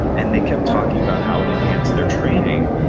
and they kept talking about how it enhanced their training,